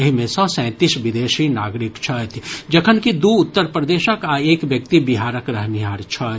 एहि मे सॅ सैंतीस विदेशी नागरिक छथि जखनकि दू उत्तर प्रदेशक आ एक व्यक्ति बिहारक रहनिहार छथि